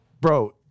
Bro